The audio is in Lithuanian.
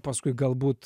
paskui galbūt